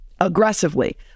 aggressively